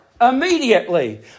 immediately